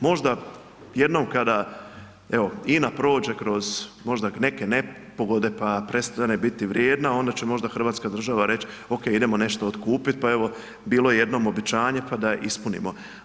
Možda jednom kada evo, INA prođe kroz neke nepogode pa prestane biti vrijedna, onda će možda hrvatska država reći okej, idemo nešto otkupiti, pa evo, bilo jednom obećanje pa da ispunimo.